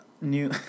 new